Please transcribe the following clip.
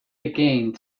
again